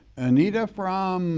anita from